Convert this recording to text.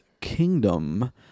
Kingdom